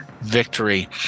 victory